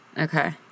Okay